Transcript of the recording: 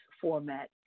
format